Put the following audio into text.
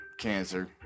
Cancer